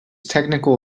technical